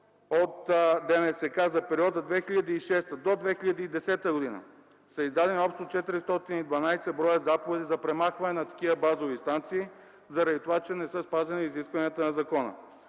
от ДНСК за периода 2006-2010 г. са издадени общо 412 броя заповеди за премахване на такива базови станции заради това, че не са спазени изискванията на закона.